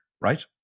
right